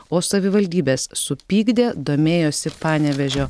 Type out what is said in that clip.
o savivaldybes supykdė domėjosi panevėžio